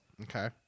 Okay